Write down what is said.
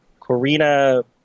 Corina